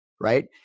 Right